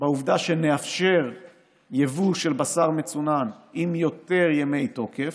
בעובדה שנאפשר יבוא של בשר מצונן עם יותר ימי תוקף,